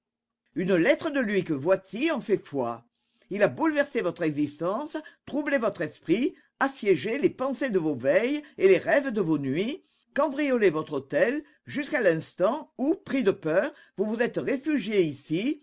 une lettre de lui que voici en fait foi il a bouleversé votre existence troublé votre esprit assiégé les pensées de vos veilles et les rêves de vos nuits cambriolé votre hôtel jusqu'à l'instant où pris de peur vous vous êtes réfugié ici